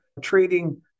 trading